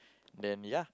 then ya